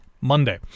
Monday